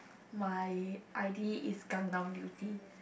my I_D is Gangnam Beauty